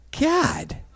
god